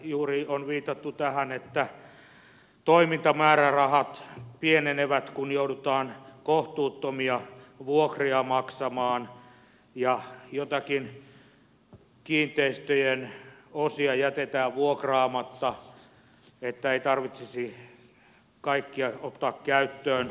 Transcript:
juuri on viitattu tähän että toimintamäärärahat pienenevät kun joudutaan kohtuuttomia vuokria maksamaan ja joitakin kiinteistöjen osia jätetään vuokraamatta että ei tarvitsisi kaikkia ottaa käyttöön